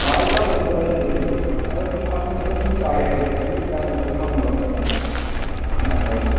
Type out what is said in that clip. ꯆꯥꯕꯩ ꯐꯪꯕꯩ ꯃꯇꯝꯁꯤꯗꯤ ꯑꯦꯅꯤ ꯑꯗꯨꯝ ꯑꯗꯨꯝ ꯑꯦꯅꯤ ꯇꯥꯏꯝꯗ ꯑꯗꯨꯝ ꯐꯪꯕ꯭ꯔꯣ ꯃꯥꯏꯁꯦ ꯀꯃꯥꯏꯅ ꯇꯧꯒꯦ